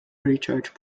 recharge